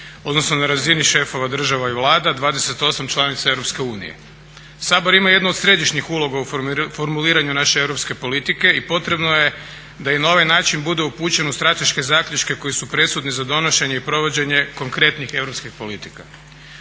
odnosno na razini šefova država i vlada 28 članica EU. Sabor ima jednu od središnjih uloga u formuliranju naše europske politike i potrebno je da i na ovaj način bude upućen u strateške zaključke koji su presudni za donošenje i provođenje konkretnih europskih politika.